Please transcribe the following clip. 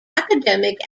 academic